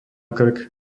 krk